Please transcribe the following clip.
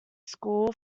school